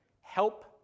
Help